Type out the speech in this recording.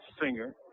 singer